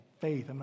faith